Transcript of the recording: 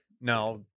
No